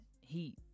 heat